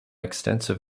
extensive